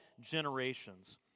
generations